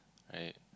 right